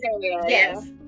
yes